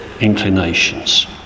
inclinations